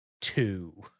two